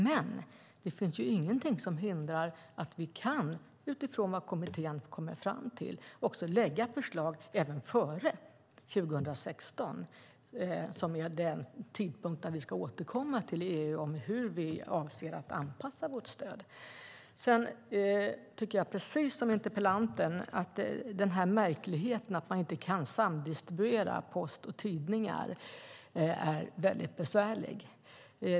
Men det finns ingenting som hindrar att vi, utifrån vad kommittén kommer fram till, lägger förslag även före 2016, som ju är den tidpunkt då vi ska återkomma till EU om hur vi avser att anpassa vårt stöd. Jag tycker, precis som interpellanten, att den här märkligheten att man inte kan samdistribuera post och tidningar är besvärlig.